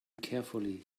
carefully